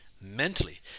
mentally